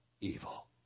evil